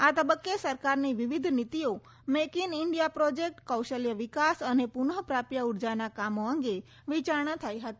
આ તબક્કે સરકારની વિવિધ નીતિઓ મેઇક ઇન ઇન્ડિયા પ્રોજેક્ટ કૌશલ્ય વિકાસ અને પુનઃ પ્રાપ્ય ઉર્જાના કામો અંગે વિચારણા થઈ હતી